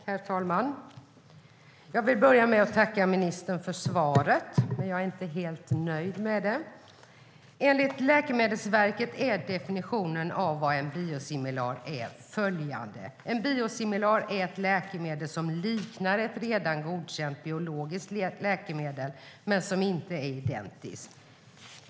Herr talman! Jag vill börja med att tacka ministern för svaret. Men jag är inte helt nöjd med det. Enligt Läkemedelsverket är definitionen av en biosimilar följande: "En biosimilar . är ett läkemedel som liknar ett redan godkänt biologiskt läkemedel . men som inte är identiskt."